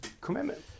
commitment